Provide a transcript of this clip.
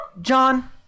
John